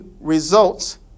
results